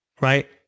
right